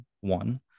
one